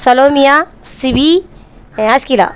சலோமியா சிவி ஆஸ்க்கிலா